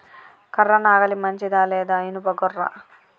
కర్ర నాగలి మంచిదా లేదా? ఇనుప గొర్ర?